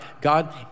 God